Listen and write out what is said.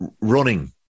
running